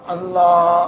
Allah